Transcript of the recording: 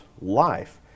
life